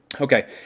Okay